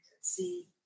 see